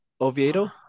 Oviedo